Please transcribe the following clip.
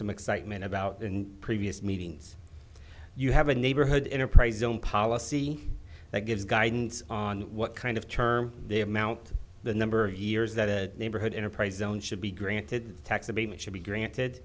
some excitement about in previous meetings you have a neighborhood enterprise zone policy that gives guidance on what kind of term the amount the number of years that a neighborhood enterprise zone should be granted tax abatement should be granted